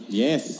yes